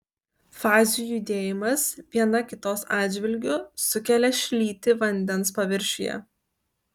fazių judėjimas viena kitos atžvilgiu sukelia šlytį vandens paviršiuje